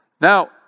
Now